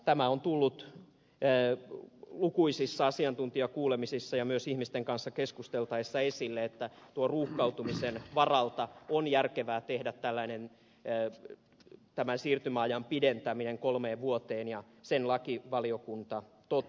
tämä on tullut lukuisissa asiantuntijakuulemisissa ja myös ihmisten kanssa keskusteltaessa esille että tuon ruuhkautumisen varalta on järkevää tehdä tämä siirtymäajan pidentäminen kolmeen vuoteen ja sen lakivaliokunta totesi